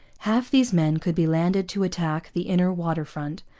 half these men could be landed to attack the inner water-front,